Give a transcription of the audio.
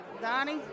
Donnie